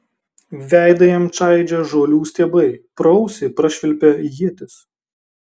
veidą jam čaižė žolių stiebai pro ausį prašvilpė ietis